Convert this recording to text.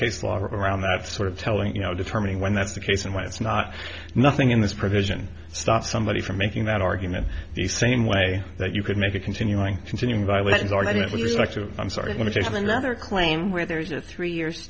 case law around that sort of telling you know determining when that's the case and why it's not nothing in this provision stop somebody from making that argument the same way that you could make a continuing continuing violent argument with respect to i'm sorry going to take another claim where there is a three year